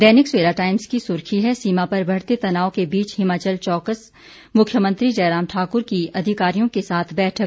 दैनिक Savera Times की सुर्खी है सीमा पर बढ़ते तनाव के बीच हिमाचल चौकस मुख्यमंत्री जयराम ठाकुर की अधिकारियों के साथ बैठक